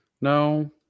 No